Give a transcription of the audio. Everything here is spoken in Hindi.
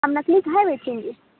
हम नकली काहे बेचेंगे